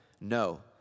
No